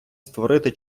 створити